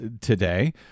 today